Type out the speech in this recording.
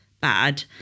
bad